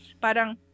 parang